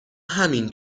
همین